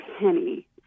penny